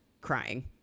crying